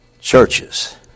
churches